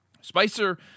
Spicer